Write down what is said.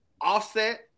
Offset